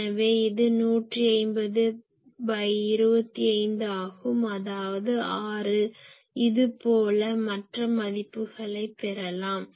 எனவே இது 15025 ஆகும் அதாவது 6 இது போல மற்ற மதிப்புகளைப் பெறலாம்